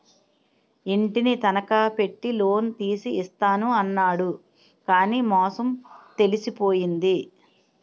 ఇంటిని తనఖా పెట్టి లోన్ తీసి ఇస్తాను అన్నాడు కానీ మోసం తెలిసిపోయింది